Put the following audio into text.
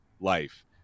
life